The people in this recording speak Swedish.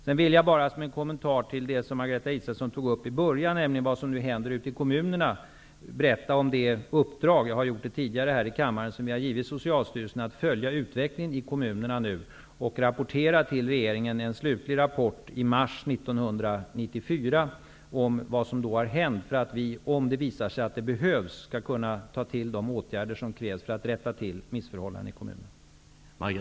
Sedan vill jag som en kommentar till det som Margareta Israelsson tog upp i början, nämligen vad som nu händer ute i kommunerna, berätta om det uppdrag, vilket jag har berättat om tidigare här i kammaren, som vi har gett Socialstyrelsen att följa utvecklingen i kommunerna och att ge regeringen en slutlig rapport i mars 1994 om vad som har hänt. Om det visar sig att det behövs, skall vi vidta de åtgärder som krävs för att rätta till missförhållanden i kommunerna.